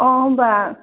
अ होमबा